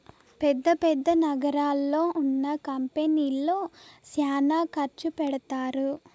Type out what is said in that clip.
పెద్ద పెద్ద నగరాల్లో ఉన్న కంపెనీల్లో శ్యానా ఖర్చు పెడతారు